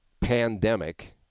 pandemic